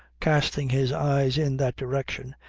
casting his eyes in that direction,